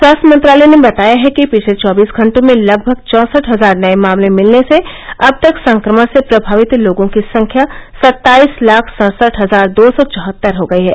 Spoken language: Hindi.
स्वास्थ्य मंत्रालय ने बताया है कि पिछले चौबीस घटों में लगभग चौसठ हजार नये मामले मिलने से अब तक संक्रमण से प्रभावित लोगों की संख्या सत्ताईस लाख सड़सठ हजार दो सौ चौहत्तर हो गई है